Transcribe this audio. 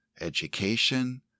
education